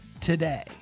today